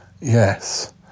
Yes